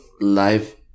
life